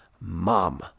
mom